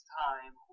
time